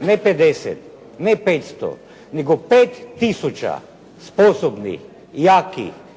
ne pedeset, ne petsto nego pet tisuća sposobnih, jakih,